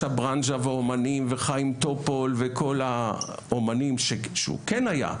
הברנז'ה והאומנים וחיים טופול וכל האומנים שהוא כן היה,